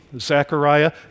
Zechariah